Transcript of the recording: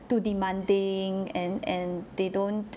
too demanding and and they don't